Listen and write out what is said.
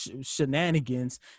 shenanigans